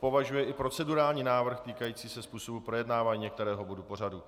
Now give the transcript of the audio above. považuje i procedurální návrh týkající se způsobu projednávání některého bodu pořadu.